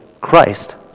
Christ